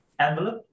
Envelope